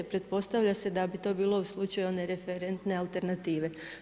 Pretpostavlja se da bi to bilo u slučaju one referentne alternative.